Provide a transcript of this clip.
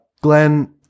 Glenn